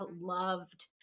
loved